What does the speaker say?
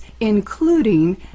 including